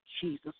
Jesus